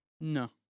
No